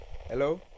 Hello